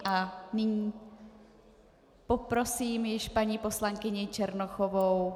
A nyní poprosím již paní poslankyni Černochovou.